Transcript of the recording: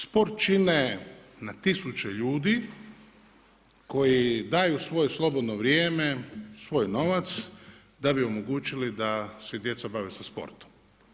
Sport čine na tisuće ljudi koji daju svoje slobodno vrijeme, svoj novac da bi omogućili da se djeca bave sportom.